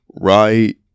right